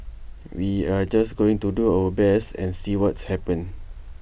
we are just going to do our best and see what's happen